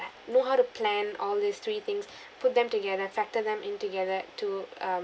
know how to plan all these three things put them together factor them in together to um